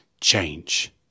change